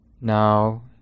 now